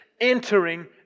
entering